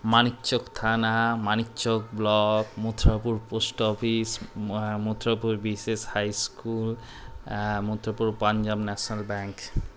মানিকচক থানা Manikchak block Mathurapur post office হ্যাঁ মথুরাপুর বিশেষ high school Mathurapur Punjab National bank